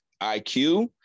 IQ